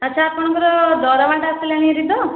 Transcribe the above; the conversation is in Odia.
ଆଚ୍ଛା ଆପଣଙ୍କର ଦରମାଟା ଆସିଲାଣି ଭାରି ତ